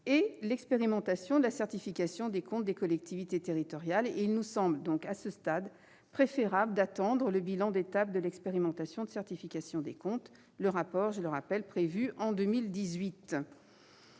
et l'expérimentation de la certification des comptes des collectivités territoriales. À ce stade, il semble préférable d'attendre le bilan d'étape de l'expérimentation de certification des comptes, dont la publication est prévue en 2018,